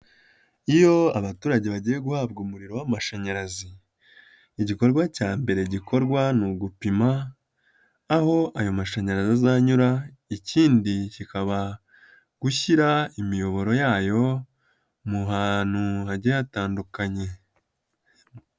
Iyo abaturage bagiye guhabwa umuriro w'amashanyarazi, igikorwa cya mbere gikorwa ni ugupima aho ayo mashanyarazi azanyura, ikindi kikaba gushyira imiyoboro yayo mu hantu hagiye hatandukanye.